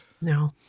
No